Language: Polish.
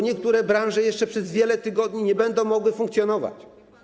Niektóre branże jeszcze przez wiele tygodni nie będą mogły funkcjonować.